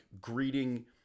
greeting